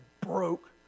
broke